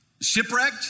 shipwrecked